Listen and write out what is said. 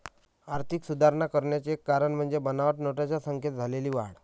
आर्थिक सुधारणा करण्याचे एक कारण म्हणजे बनावट नोटांच्या संख्येत झालेली वाढ